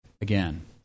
again